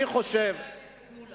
לא הבנתי, חבר הכנסת מולה.